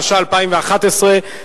התשע"א 2011,